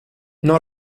non